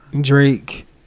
Drake